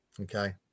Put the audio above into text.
Okay